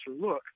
look